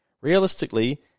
Realistically